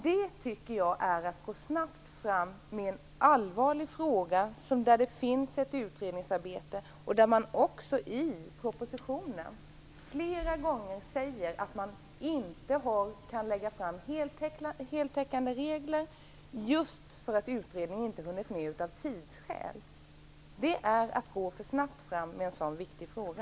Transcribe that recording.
Det tycker jag är att gå snabbt fram i en allvarlig fråga där det finns ett utredningsarbete. I propositionen sägs också flera gånger att det inte går att lägga fram heltäckande regler just för att utredningen av tidsskäl inte hunnit med. Det är att gå för snabbt fram i en sådan viktig fråga.